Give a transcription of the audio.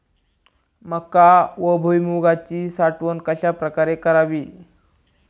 मका व भुईमूगाची साठवण कशाप्रकारे करावी?